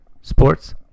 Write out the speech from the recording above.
Sports